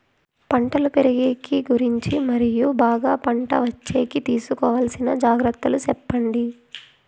పంటలు పెరిగేకి గురించి మరియు బాగా పంట వచ్చేకి తీసుకోవాల్సిన జాగ్రత్త లు సెప్పండి?